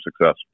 success